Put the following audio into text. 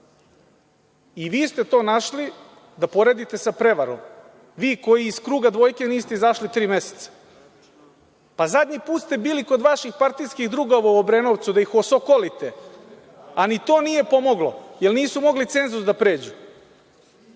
I vi ste to našli da poredite sa prevarom, vi koji iz kruga dvojke niste izašli tri meseca. Pa, zadnji put ste bili kod vaših partijskih drugova u Obrenovcu da ih osokolite, a ni to nije pomoglo jer nisu mogli cenzus da pređu.